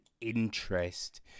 interest